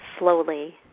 slowly